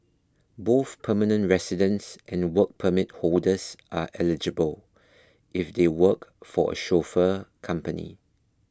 both permanent residents and Work Permit holders are eligible if they work for a chauffeur company